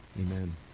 Amen